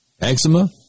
eczema